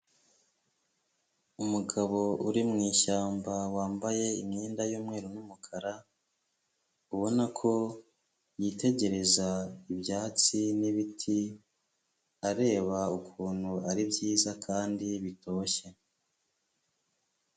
Umugabo uri mwishyamba wambaye imyenda y'umweru n'umukara, ubona ko yitegereza ibyatsi n'ibiti areba ukuntu ari byiza kandi bitoshye.